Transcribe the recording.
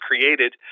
created